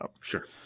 Sure